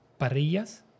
parrillas